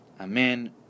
Amen